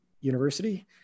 University